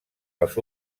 els